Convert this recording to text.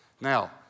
Now